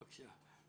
ראשית,